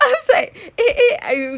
I was like eh eh I